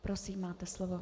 Prosím, máte slovo.